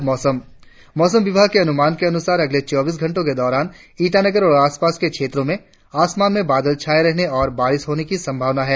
और अब मौसम मौसम विभाग के अनुमान के अनुसार अगले चौबीस घंटो के दौरान ईटानगर और आसपास के क्षेत्रो में आसमान में बादल छाये रहने और बारिश होने की संभावना है